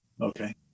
Okay